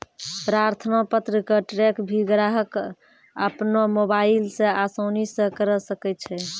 प्रार्थना पत्र क ट्रैक भी ग्राहक अपनो मोबाइल स आसानी स करअ सकै छै